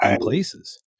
places